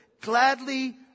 gladly